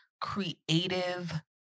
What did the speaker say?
creative